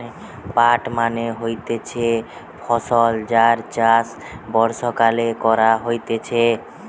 পাট মানে হতিছে ফসল যার চাষ বর্ষাকালে করা হতিছে